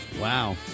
Wow